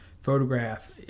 Photograph